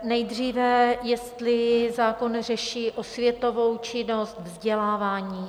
Nejdříve jestli zákon řeší osvětovou činnost, vzdělávání.